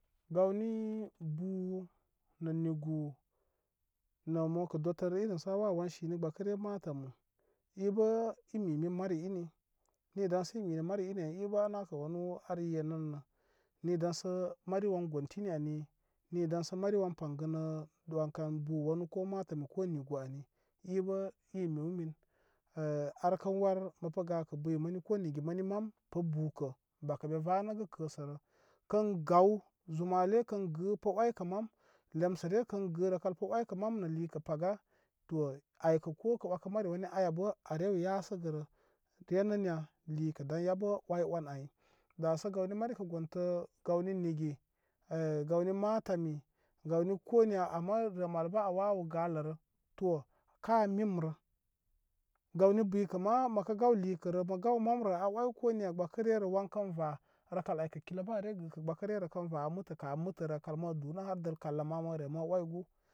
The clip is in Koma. Gawni bu nə nigu nə mokə dotər irin sə a wawəwan sini gbəkəre ma tamu ibə imi min mari ini mi daŋsə i minə mari ini ibə a nakə wanu ar yenərə ni daŋ sə mari wan gontim, ani ni daysə mari wan pansənə ani wankan bu wani ko matamu ko nigu ani i bə i miw min eh arkə war məpə gakə buy məni ko nigi məni mam pə bukəbako be vanəgə kəsərə kən gaw zumale kən gə pə oykə mam lemsere kən gə rəkəl kə oykə mam nə likə paga to aykə ko kə wəkə mari wani aya bə a rew yasəgərə ge nə niya likə dan yabə oy on ay dasə gawni mari kə gontə gawni nigi eh gaai matami gawai koniya ama rəl malbə a wawə galərə to ka mimrə gawni buy kə ma mə gaw likərə mə gaw mamrə ci oy ko niya gbəkərerə wankən ra rəlkal ay kə kinə bə are gəkə gbəkərerə kən va ali mətə kə mətə rəkal ma du har dəl kallə ma mare ma oygu.